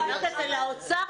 תגידי את זה לאוצר.